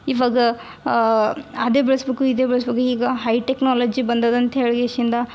ಇವಾಗ ಅದೇ ಬಳಸ್ಬೇಕು ಇದೇ ಬಳಸ್ಬೇಕು ಈಗ ಹೈ ಟೆಕ್ನಾಲಜಿ ಬಂದದ ಅಂತ ಹೇಳಿ